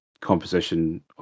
composition